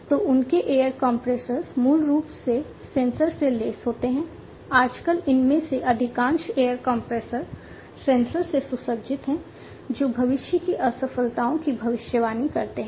तो उनके air compressors मूल रूप से सेंसर से लैस होते हैं आजकल इनमें से अधिकांश एयर कम्प्रेसर सेंसर से सुसज्जित हैं जो भविष्य की असफलताओं की भविष्यवाणी करते हैं